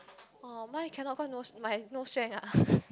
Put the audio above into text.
oh my cannot cause no my no strength ah